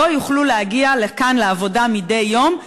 לא יוכלו להגיע לכאן לעבודה מדי יום,